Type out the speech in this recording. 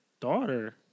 daughter